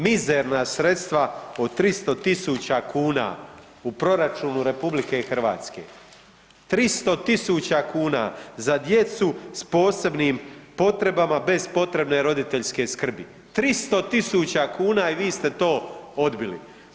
Mizerna sredstva od 300.000 kuna u proračunu RH, 300.000 kuna za djecu s posebnim potrebama bez potrebne roditeljske skrbi, 300.000 kuna i vi ste to odbili.